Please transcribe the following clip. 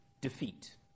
defeat